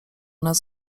nas